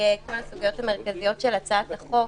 כל הסוגיות המרכזיות של הצעות החוק.